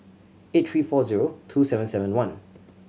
eight three four zero two seven seven one